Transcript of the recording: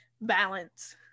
balance